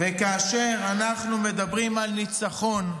וכאשר אנחנו מדברים על ניצחון,